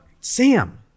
Sam